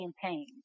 campaign